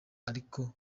ariko